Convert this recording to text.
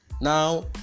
Now